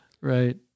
Right